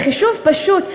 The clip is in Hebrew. בחישוב פשוט,